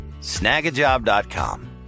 Snagajob.com